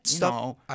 No